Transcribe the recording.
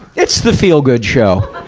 it's the feel-good show.